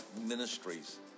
ministries